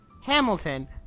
Hamilton